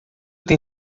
tem